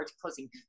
closing